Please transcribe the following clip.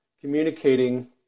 communicating